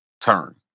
turn